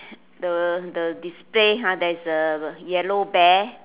the the display !huh! there's a yellow bear